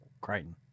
Crichton